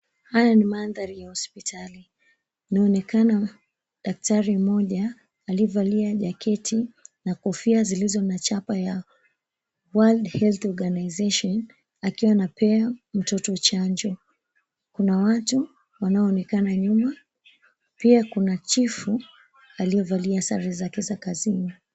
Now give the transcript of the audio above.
Haya ni mandhari ya hospitali. Inaonekana daktari mmoja aliyevalia jaketi na kofia zilizo na chapa ya World Health Organization, akiwa anapea mtoto chanjo. Kuna watu wanaoonekana nyuma, pia kuna chifu aliyevalia sare zake za kazini.